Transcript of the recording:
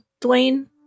Dwayne